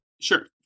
Sure